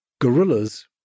Gorillas